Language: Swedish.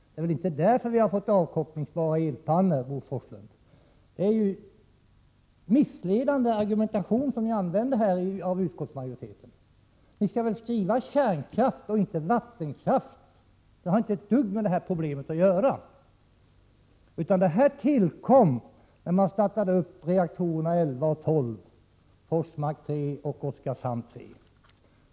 Det är väl inte därför som vi har fått avkopplingsbara elpannor, Bo Forslund? Utskottsmajoriteten använder här en missledande argumentation. Ni skall skriva bara ”kärnkraft”, inte ”vattenkraft”! Vattenkraften har inte ett dugg med problemet att göra. Problemet tillkom när reaktorerna 11 och 12 startade, dvs. Forsmark 3 och Oskarshamn 3.